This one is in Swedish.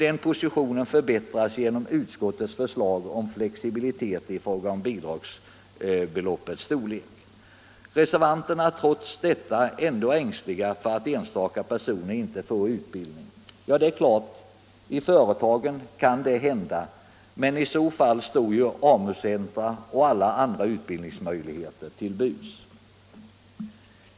Den positionen förbättras genom utskottets förslag om flexibilitet i fråga om bidragsbeloppets storlek. Reservanterna är trots detta ängsliga för att enstaka personer inte får utbildning. Ja, i företagen kan det hända, men i så fall står ju AMU-centra och alla andra utbildningsmöjligheter till buds.